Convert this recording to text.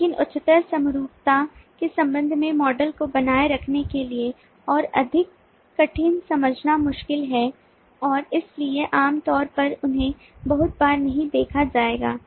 लेकिन उच्चतर समरूपता के संबंध में मॉडल को बनाए रखने के लिए और अधिक कठिन समझना मुश्किल है और इसलिए आमतौर पर उन्हें बहुत बार नहीं देखा जाएगा